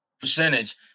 percentage